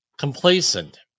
complacent